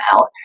out